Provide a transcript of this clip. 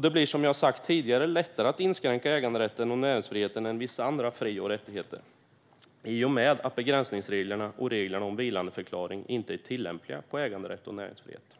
Det blir, som jag sagt tidigare, lättare att inskränka äganderätten och näringsfriheten än vissa andra fri och rättigheter i och med att begränsningsreglerna och reglerna om vilandeförklaring inte är tillämpliga på dessa rättigheter.